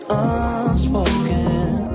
unspoken